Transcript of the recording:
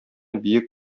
бөек